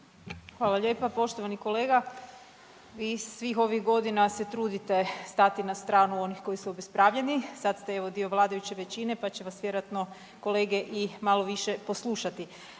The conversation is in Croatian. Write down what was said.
Hvala lijepa. Poštovani kolega, vi svih ovih godina se trudite stati na stranu onih koji su obespravljeni, sad ste evo dio vladajuće većine pa će vas vjerovatno kolege i malo više poslušati.